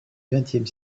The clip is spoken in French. vingtième